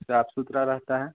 साफ़ सुथरा रहता है